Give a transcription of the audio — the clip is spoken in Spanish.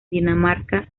dinamarca